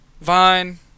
Vine